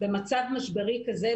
במצב משברי כזה,